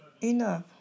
Enough